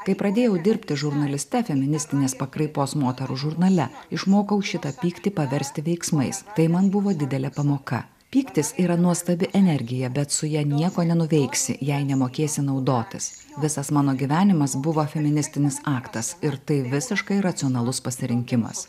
kai pradėjau dirbti žurnaliste feministinės pakraipos moterų žurnale išmokau šitą pyktį paversti veiksmais tai man buvo didelė pamoka pyktis yra nuostabi energija bet su ja nieko nenuveiksi jei nemokėsi naudotis visas mano gyvenimas buvo feministinis aktas ir tai visiškai racionalus pasirinkimas